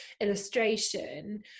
illustration